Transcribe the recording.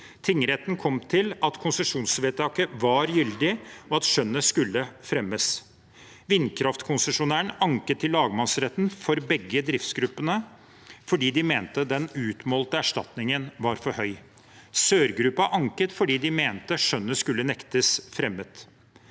Tingretten kom til at konsesjonsvedtaket var gyldig, og at skjønnet skulle fremmes. Vindkraftkonsesjonæren anket til lagmannsretten for begge driftsgruppene fordi de mente den utmålte erstatningen var for høy. Sør-gruppen anket fordi de mente skjønnet skulle nektes fremmet.